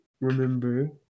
remember